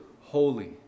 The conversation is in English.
holy